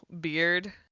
beard